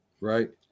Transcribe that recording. Right